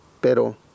pero